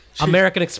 American